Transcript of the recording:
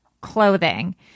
clothing